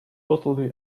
totally